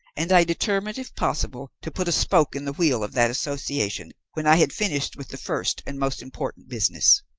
and i determined if possible to put a spoke in the wheel of that association when i had finished with the first and most important business.